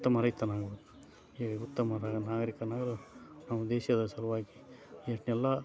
ಉತ್ತಮ ರೈತನಾಗಬೇಕು ಹೀಗೆ ಉತ್ತಮ ನಾಗರೀಕನಾಗಲು ನಮ್ಮ ದೇಶದ ಸಲುವಾಗಿ ಇಷ್ಟೆಲ್ಲ